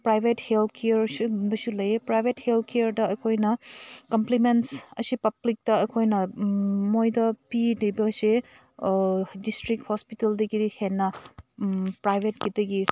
private healthcare ꯁꯤꯒꯨꯝꯕꯁꯨ ꯂꯩꯌꯦ private ꯍꯦꯜꯠꯀꯦꯌꯥꯔꯗ ꯑꯩꯈꯣꯏꯅ ꯀꯝꯄ꯭ꯂꯤꯃꯦꯟꯁ ꯑꯁꯤ ꯄꯥꯕ꯭ꯂꯤꯛꯇ ꯑꯩꯈꯣꯏꯅ ꯃꯣꯏꯗ ꯄꯤꯗ꯭ꯔꯤꯕꯁꯦ ꯗꯤꯁꯇ꯭ꯔꯤꯛ ꯍꯣꯁꯄꯤꯇꯥꯜꯗꯒꯤ ꯍꯦꯟꯅ ꯄ꯭ꯔꯥꯏꯕꯦꯠꯀꯤꯗꯒꯤ